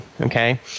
okay